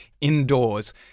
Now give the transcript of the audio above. indoors